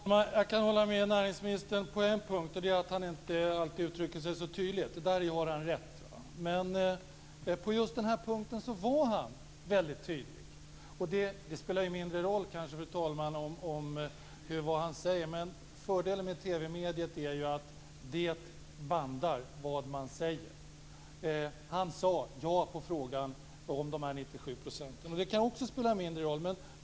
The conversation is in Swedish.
Fru talman! Jag kan hålla med näringsministern på en punkt och det gäller då att han inte alltid uttrycker sig så tydligt, så där har han rätt. Men på just den här punkten var han väldigt tydlig. Det spelar, fru talman, kanske mindre roll vad han säger men fördelen med TV-mediet är att vad man säger bandas. Han svarade ja på frågan om de 97 procenten men det kan också spela mindre roll.